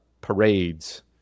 parades